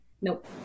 Nope